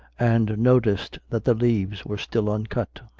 and noticed that the leaves were still uncut.